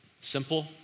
simple